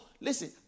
listen